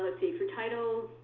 ah see, for titles,